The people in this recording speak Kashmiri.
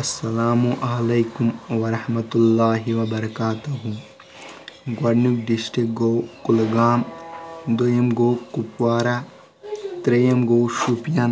السلام علیکم ورحمتہ اللہ وبرکاتہُ گۄڈنیُک ڈرسٹرک گوٚو کُلگام دوٚیِم گوٚو کپوارا تریٚیِم گوٚو شُپین